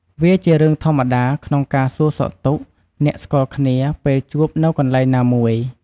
វាជារឿងធម្មតា ក្នុងការសួរសុខទុក្ខអ្នកស្គាល់គ្នាពេលជួបនៅកន្លែងណាមួយ។